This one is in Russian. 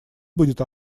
будет